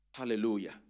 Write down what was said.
Hallelujah